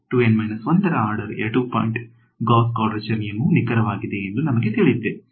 2 N 1 ರ order 2 point Gauss quadrature ನಿಯಮವು ನಿಖರವಾಗಿದೆ ಎಂದು ನಮಗೆ ತಿಳಿದಿದೆ